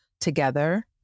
together